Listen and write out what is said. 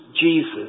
Jesus